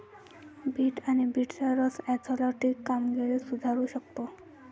bit आणि बीटचा रस ऍथलेटिक कामगिरी सुधारू शकतो